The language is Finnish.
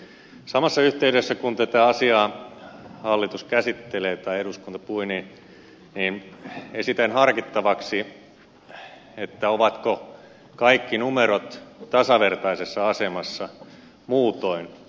samassa yhteydessä kun tätä asiaa hallitus käsittelee tai eduskunta pui esitän harkittavaksi ovatko kaikki numerot tasavertaisessa asemassa muutoin